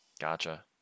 Gotcha